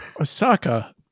Osaka